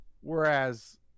whereas